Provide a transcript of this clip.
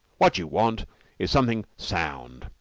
what you want is something sound,